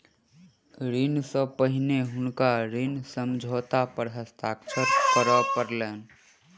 ऋण सॅ पहिने हुनका ऋण समझौता पर हस्ताक्षर करअ पड़लैन